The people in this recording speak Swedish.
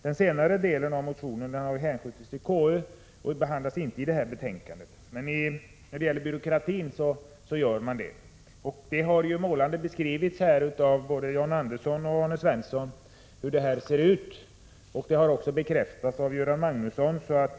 Den senare delen av motionen har hänskjutits till konstitutionsutskottet och behandlas inte i det här betänkandet. Där tas däremot upp frågorna om byråkratin. Både John Andersson och Arne Svensson har målande beskrivit hur det ser ut på detta område, och det har också bekräftats av Göran Magnusson.